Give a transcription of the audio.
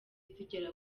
zigera